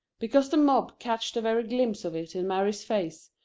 because the mob catch the very glimpse of it in mary's face,